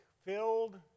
filled